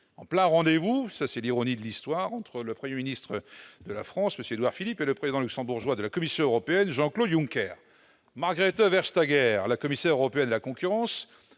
en plein rendez-vous- ironie de l'histoire -entre le Premier ministre français Édouard Philippe et le président luxembourgeois de la Commission européenne, Jean-Claude Juncker. Margrethe Vestager, la commissaire européenne à la concurrence,